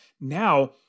Now